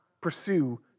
pursue